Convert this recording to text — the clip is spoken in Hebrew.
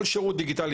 כל שירות דיגיטלי,